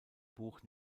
buch